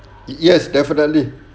yes definitely